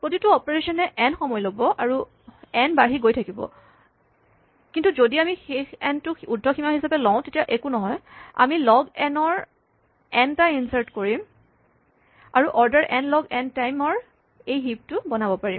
প্ৰতিটো অপাৰেচন এ log n সময় ল'ব এন বাঢ়ি গৈ থাকিব কিন্তু যদি আমি শেষ এন টোক উদ্ধ সীমা হিচাপে লওঁ তেতিয়া একো নহয় আমি লগ এন ৰ এন টা ইনচাৰ্ট কৰিম আৰু order n log n time ৰ এই হিপ টো বনাব পাৰিম